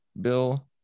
Bill